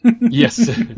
yes